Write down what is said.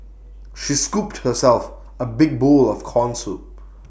she scooped herself A big bowl of Corn Soup